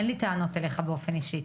אין לי טענות אליך באופן אישי,